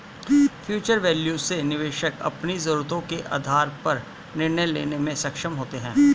future value से निवेशक अपनी जरूरतों के आधार पर निर्णय लेने में सक्षम होते हैं